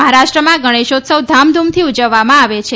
મહારાષ્ટ્રમાં ગણેશોત્સવ ધામધૂમથી ઉજવવામાં આવે છે